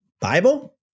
Bible